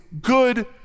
good